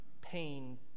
pain